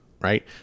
right